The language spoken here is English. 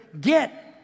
get